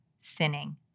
sinning